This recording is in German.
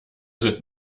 sind